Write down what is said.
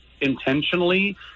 intentionally